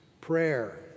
prayer